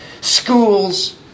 schools